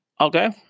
Okay